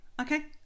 okay